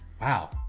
Wow